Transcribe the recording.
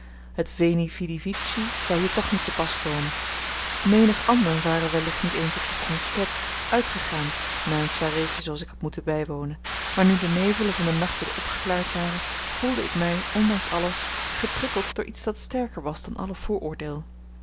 het veni vidi vici zou hier toch niet te pas komen menig ander ware wellicht niet eens op de conquête uitgegaan na een soireetje zooals ik had moeten bijwonen maar nu de nevelen van den nacht wat opgeklaard waren voelde ik mij ondanks alles geprikkeld door iets dat sterker was dan alle vooroordeel